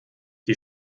die